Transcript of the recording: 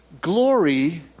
Glory